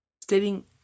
stating